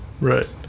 Right